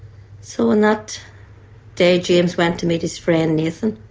so on that day, james went to meet his friend nathan